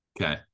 Okay